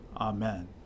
Amen